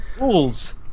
Rules